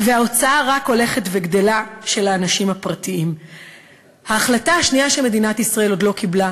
וההוצאה של האנשים הפרטיים רק הולכת וגדלה.